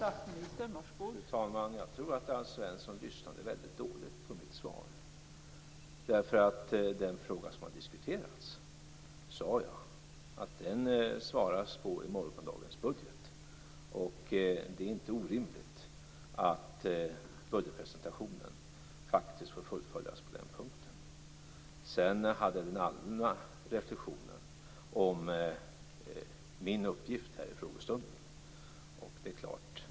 Fru talman! Jag tror att Alf Svensson lyssnade väldigt dåligt på mitt svar. Jag sade att den fråga som har diskuterats besvaras vid morgondagens budgetdebatt. Det är inte orimligt att budgetpresentationen faktiskt får fullföljas på den punkten. Sedan hade han en allmänn reflexion om min uppgift här i frågestunden.